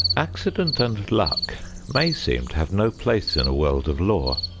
accident and luck may seem to have no place in a world of law,